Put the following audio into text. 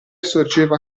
sorgeva